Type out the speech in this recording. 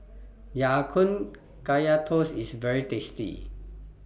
Ya Kun Kaya Toast IS very tasty